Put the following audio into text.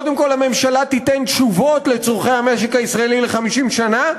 קודם כול הממשלה תיתן תשובות על צורכי המשק הישראלי ל-50 שנה,